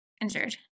injured